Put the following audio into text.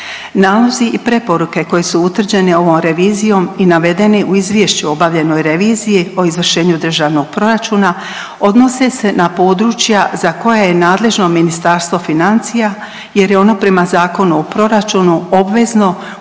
Nalozi i preporuke koji su utvrđeni ovom revizijom i navedeni u Izvješću o obavljenoj reviziji o izvršenju Državnog proračuna odnose se na područja za koja je nadležno Ministarstvo financija jer je ono prema Zakonu o proračunu obvezno